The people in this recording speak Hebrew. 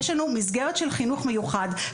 יש לנו מסגרת של חינוך מיוחד.